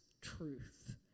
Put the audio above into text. truth